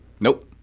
Nope